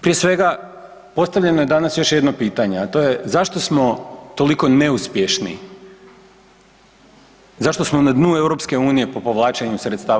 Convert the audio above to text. Prije svega postavljeno je danas još jedno pitanje, a to je zašto smo toliko neuspješni, zašto smo na dnu EU po povlačenju sredstava?